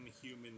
human